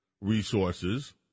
resources